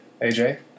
AJ